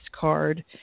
card